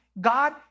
God